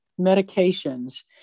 medications